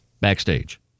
backstage